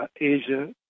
Asia